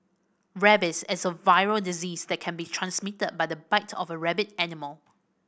rabies is a viral disease that can be transmitted by the bite of a rabid animal